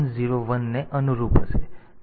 તેથી add a માટે op code હશે